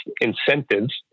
incentives